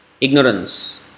ignorance